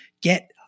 get